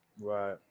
right